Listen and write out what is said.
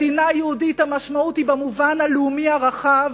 מדינה יהודית משמעותה במובן הלאומי הרחב,